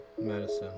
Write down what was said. medicine